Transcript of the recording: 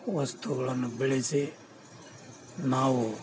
ವಸ್ತುಗಳನ್ನು ಬೆಳೆಸಿ ನಾವು